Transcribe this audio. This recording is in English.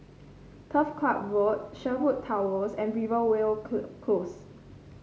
Turf Club Road Sherwood Towers and Rivervale Close